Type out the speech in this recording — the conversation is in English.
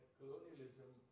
colonialism